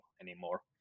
anymore